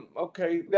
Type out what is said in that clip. okay